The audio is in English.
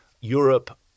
Europe